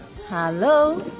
Hello